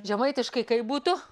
žemaitiškai kaip būtų